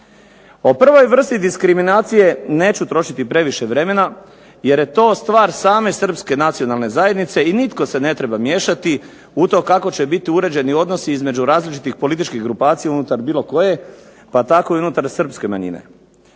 O prvoj vrsti diskriminacije neću trošiti previše vremena, jer je to stvar same Srpske nacionalne zajednice i nitko se ne treba miješati u to kako će biti uređeni odnosi između različitih političkih grupacija unutar bilo koje pa tako i unutar Srpske manjine.